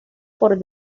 por